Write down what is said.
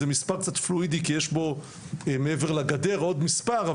זה מספר קצת פלואידי כי יש בו מעבר לגדר עוד מספר,